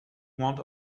want